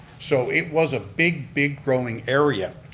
so it was a big, big growing area.